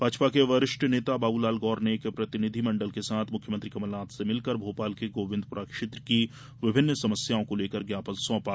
भाजपा के वरिष्ठ नेता बाबूलाल गौर ने एक प्रतिनिधि मंडल के साथ मुख्यमंत्री कमलनाथ से मिलकर भोपाल के गोविंदपुरा क्षेत्र की विभिन्न समस्याओं को लेकर ज्ञापन सौंपा